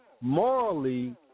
morally